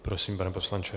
Prosím, pane poslanče.